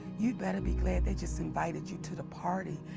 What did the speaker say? you better be glad they just invited you to the party.